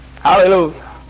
Hallelujah